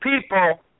people